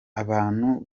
abantu